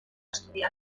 estudiar